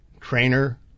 trainer